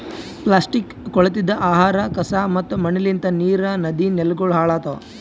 plastic, ಕೊಳತಿದ್ ಆಹಾರ, ಕಸಾ ಮತ್ತ ಮಣ್ಣಲಿಂತ್ ನೀರ್, ನದಿ, ನೆಲಗೊಳ್ ಹಾಳ್ ಆತವ್